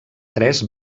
tres